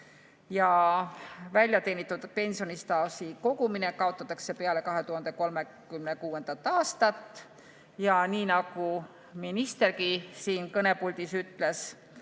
Väljateenitud pensionistaaži kogumine kaotatakse peale 2036. aastat. Nii nagu ministergi siin kõnepuldis ütles,